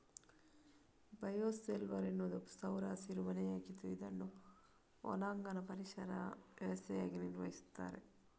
bio shelter ಎನ್ನುವುದು ಸೌರ ಹಸಿರು ಮನೆಯಾಗಿದ್ದು ಇದನ್ನು ಒಳಾಂಗಣ ಪರಿಸರ ವ್ಯವಸ್ಥೆಯಾಗಿ ನಿರ್ವಹಿಸ್ತಾರೆ